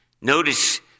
Notice